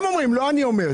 הם אומרים, לא אני אומר.